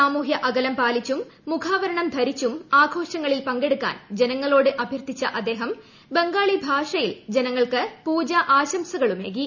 സാമൂഹ്യ അകലം പാലിച്ചും മുഖാവരണം ധരിച്ചും ആഘോഷങ്ങളിൽ പങ്കെടുക്കാൻ ജനങ്ങളോട് അഭ്യർത്ഥിച്ച അദ്ദേഹം ബംഗാളി ഭാഷയിൽ ജനങ്ങൾക്ക് പൂജ ആശംസകളുമേകി